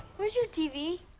where's your tv?